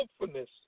hopefulness